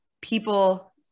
People